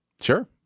sure